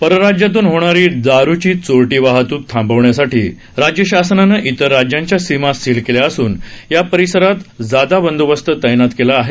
परराज्यातून होणारी मद्याची चोरटी वाहतूक थांबवण्यासाठी राज्यशासनानं विर राज्यांच्या सीमा सील केल्या असून या परिसरात जादा बंदोबस्त तैनात केला आहे